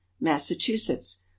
Massachusetts